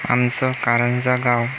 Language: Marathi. आमचं कारंजा गाव